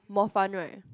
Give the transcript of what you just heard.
more fun right